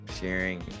sharing